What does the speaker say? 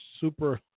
super